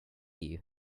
you